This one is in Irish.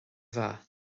mhaith